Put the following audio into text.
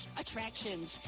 Attractions